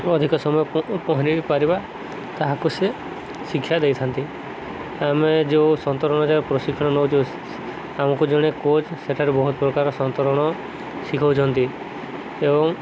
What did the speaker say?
ଅଧିକ ସମୟ ପହଁରି ପାରିବା ତାହାକୁ ସେ ଶିକ୍ଷା ଦେଇଥାନ୍ତି ଆମେ ଯୋଉ ସନ୍ତରଣ ଯା ପ୍ରଶିକ୍ଷଣ ନେଉଛୁ ଆମକୁ ଜଣେ କୋଚ୍ ସେଠାରେ ବହୁତ ପ୍ରକାର ସନ୍ତରଣ ଶିଖାଉଛନ୍ତି ଏବଂ